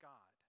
God